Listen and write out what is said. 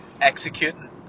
executing